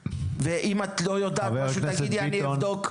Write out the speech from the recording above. ואם את לא יודעת משהו תגידי אני אבדוק.